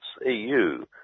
EU